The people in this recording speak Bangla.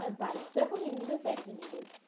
আর বাইক তো এখন এমনিতেও ফ্যাশানেবেল